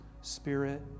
spirit